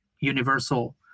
universal